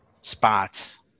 spots